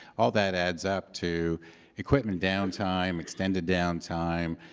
all that adds up to equipment downtime, extended downtime,